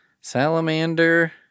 Salamander